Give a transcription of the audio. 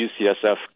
UCSF